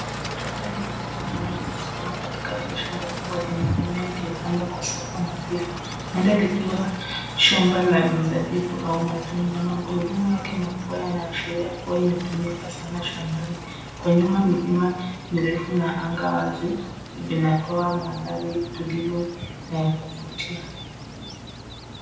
Trekta nyekundu ya zamani imesimama katikati ya shamba kubwa lenye mimea iliyopandwa kwa safu wa nadhifu. Muda likiwa shamba la mizabibu au matunda. Magurudumu yake makubwa yanaashiria kuwa imetumika sana shambani. Kwa nyuma, milima mirefu na anga wazi vinatoa mandhari tulivu na ya kuvutia.